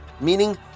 meaning